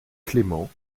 clément